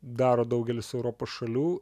daro daugelis europos šalių